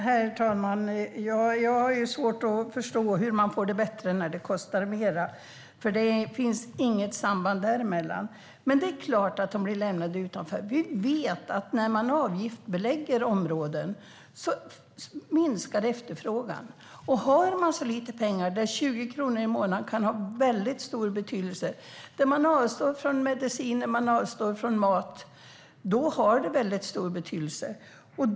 Herr talman! Jag har svårt att förstå hur man får det bättre när det kostar mer, för det finns inget samband däremellan. Men det är klart att de blir lämnade utanför. Vi vet att när man avgiftsbelägger områden minskar efterfrågan. Och har man så lite pengar att 20 kronor i månaden gör att man avstår från mediciner och mat, då har det väldigt stor betydelse.